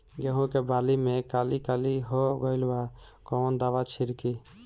गेहूं के बाली में काली काली हो गइल बा कवन दावा छिड़कि?